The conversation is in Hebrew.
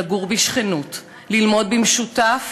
לגור בשכנות, ללמוד במשותף